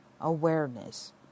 awareness